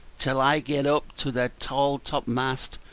till i get up to the tall top-mast,